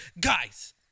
guys